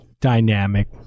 dynamic